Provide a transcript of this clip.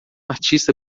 artista